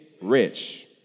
rich